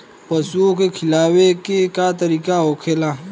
पशुओं के खिलावे के का तरीका होखेला?